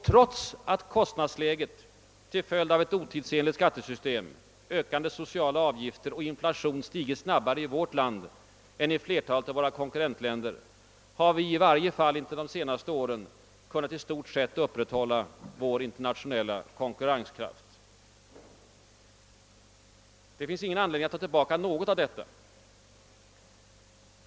Trots att kostnadsläget till följd av ett otidsenligt skattesystem, ökande sociala avgifter och inflation stigit snabbare i vårt land än i flertalet av våra kon kurrentländer har vi — i varje fall intill de senaste åren — i stort sett kunnat upprätthålla vår internationella konkurrenskraft. Det finns ingen anledning att ta tillbaka något av detta.